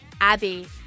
Abby